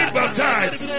baptized